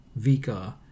Vika